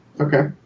Okay